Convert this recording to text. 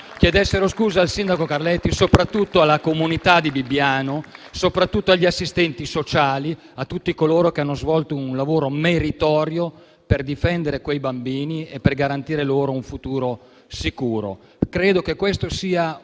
chiedessero scusa al sindaco Carletti e soprattutto alla comunità di Bibbiano, agli assistenti sociali e a tutti coloro che hanno svolto un lavoro meritorio per difendere quei bambini e per garantire loro un futuro sicuro. Credo sia un